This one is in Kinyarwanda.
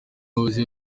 muyobozi